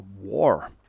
war